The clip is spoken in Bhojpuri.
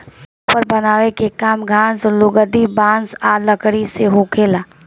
पेपर बनावे के काम घास, लुगदी, बांस आ लकड़ी से होखेला